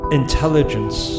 intelligence